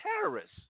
terrorists